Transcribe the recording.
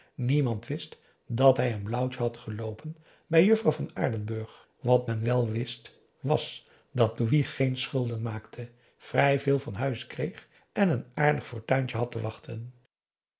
niemand wist dat hij een blauwtje had geloopen bij p a daum hoe hij raad van indië werd onder ps maurits juffrouw van aardenburg wat men wèl wist was dat louis geen schulden maakte vrij veel van huis kreeg en een aardig fortuintje had te wachten